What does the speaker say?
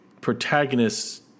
protagonists